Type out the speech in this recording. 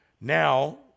Now